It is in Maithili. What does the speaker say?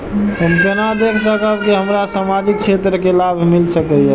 हम केना देख सकब के हमरा सामाजिक क्षेत्र के लाभ मिल सकैये?